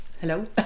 hello